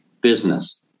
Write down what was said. business